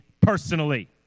personally